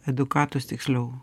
edukatus tiksliau